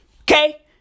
Okay